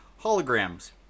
Holograms